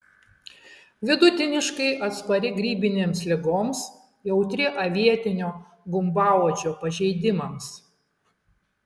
vidutiniškai atspari grybinėms ligoms jautri avietinio gumbauodžio pažeidimams